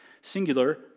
singular